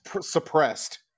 suppressed